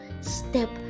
step